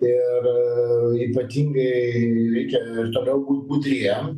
ir ypatingai reikia ir toliau būt budriem